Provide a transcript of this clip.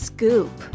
Scoop